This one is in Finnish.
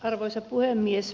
arvoisa puhemies